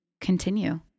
continue